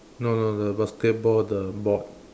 no no the basketball the board